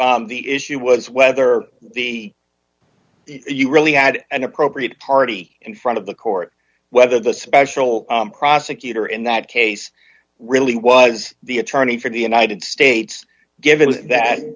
the issue was whether the you really had an appropriate party in front of the court whether the special prosecutor in that case really was the attorney for the united states given that